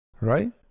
Right